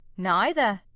neither.